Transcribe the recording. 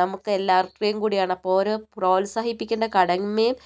നമുക്ക് എല്ലാവരുടെയും കൂടിയാണ് അപ്പോൾ ഓരോ പ്രോത്സാഹിപ്പിക്കേണ്ട കടമയും